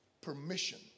permission